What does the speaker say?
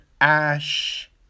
Ash